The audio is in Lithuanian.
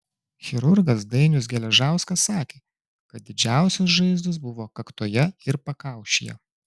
chirurgas dainius geležauskas sakė kad didžiausios žaizdos buvo kaktoje ir pakaušyje